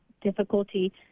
difficulty